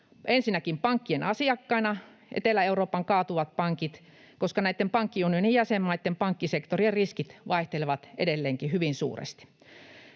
ensinnäkin pankkien asiakkaina Etelä-Euroopan kaatuvat pankit, koska näitten pankkiunionin jäsenmaitten pankkisektorin riskit vaihtelevat edelleenkin hyvin suuresti.